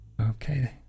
Okay